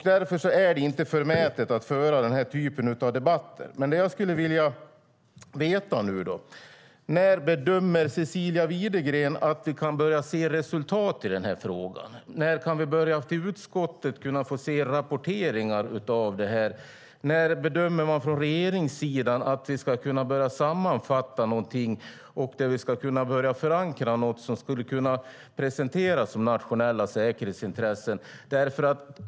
Därför är det inte förmätet att föra den här typen av debatter, och det jag skulle vilja veta nu är: När bedömer Cecilia Widegren att vi kan börja se resultat i den här frågan? När kan vi börja få se rapporteringar till utskottet av det här? När bedömer regeringen att vi ska kunna börja sammanfatta någonting och när vi ska kunna börja förankra något som skulle kunna presenteras som nationella säkerhetsintressen?